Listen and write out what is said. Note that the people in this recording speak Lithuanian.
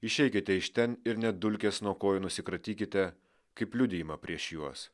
išeikite iš ten ir net dulkes nuo kojų nusikratykite kaip liudijimą prieš juos